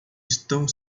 estão